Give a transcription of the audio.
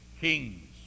kings